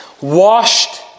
washed